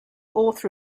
author